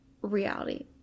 reality